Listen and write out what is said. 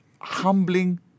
humbling